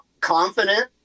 confident